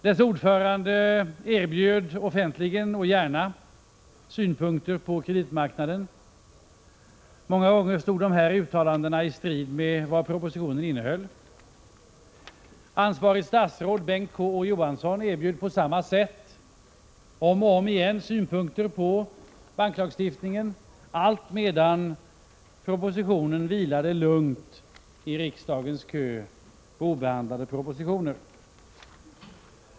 Dess ordförande erbjöd offentligt och gärna synpunkter på kreditmarknaden. Många gånger stod de uttalandena i strid med vad propositionen innehöll. Ansvarigt statsråd, Bengt K. Å. Johansson, erbjöd på samma sätt om och om igen synpunkter på banklagstiftningen, allt medan propositionen vilade lugnt i riksdagens kö av obehandlade propositioner.